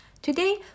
Today